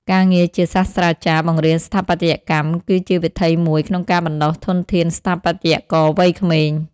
ការងារជាសាស្ត្រាចារ្យបង្រៀនស្ថាបត្យកម្ម គឺជាវិថីមួយក្នុងការបណ្ដុះធនធានស្ថាបត្យករវ័យក្មេង។